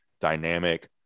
dynamic